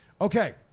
okay